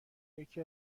یکی